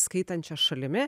skaitančia šalimi